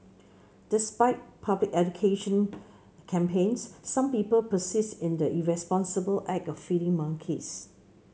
despite public education campaigns some people persist in the irresponsible act of feeding monkeys